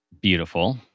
beautiful